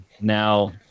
now